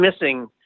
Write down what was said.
missing